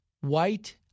white